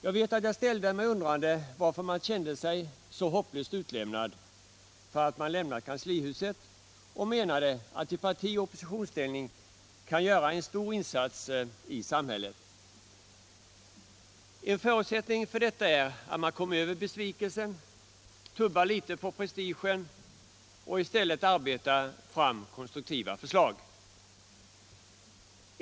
Jag ställde mig undrande inför att man kände sig så hopplöst utlämnad för att man lämnat kanslihuset, och jag menade att ett parti i oppositionsställning kan göra en stor insats i samhället. En förutsättning för detta är att man kommer över besvikelsen, tummar litet på prestigen och i stället arbetar fram konstruktiva förslag.